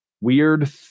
weird